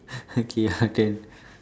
okay your turn